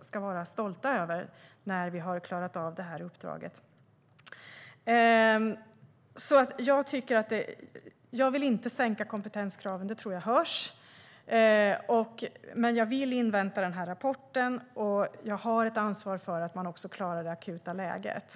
ska vara stolta över när vi har klarat av det här uppdraget. Jag vill inte sänka kompetenskraven - det tror jag hörs - men jag vill invänta rapporten. Och jag har ett ansvar för att man också klarar det akuta läget.